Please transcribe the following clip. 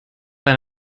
eine